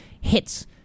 hits